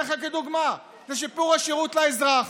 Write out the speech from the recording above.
אתן לך כדוגמה: שיפור השירות לאזרח.